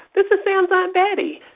this is sam's aunt betty.